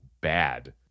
bad